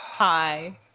Hi